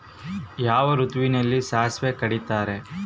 ಯಾವ ಋತುವಿನಲ್ಲಿ ಸಾಸಿವೆ ಕಡಿತಾರೆ?